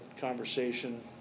conversation